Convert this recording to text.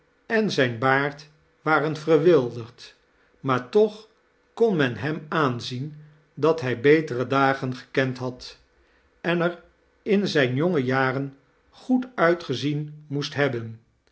en zijn baard waren verwildexd maar toch kon men hem aanzien dat hifbetere dagn gekend had ea er in zijn jonge jaren goe'd uitgezien moest hebben